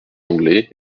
anglais